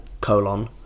colon